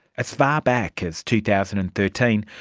as far back as two thousand and thirteen,